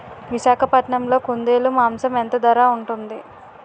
విశాఖపట్నంలో కుందేలు మాంసం ఎంత ధర ఉంటుంది?